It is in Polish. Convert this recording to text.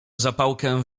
zapałkę